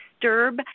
disturb